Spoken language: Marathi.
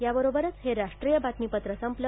याबरोबरच हे राष्ट्रीय बातमीपत्र संपलं